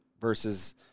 versus